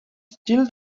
still